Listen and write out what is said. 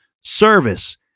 service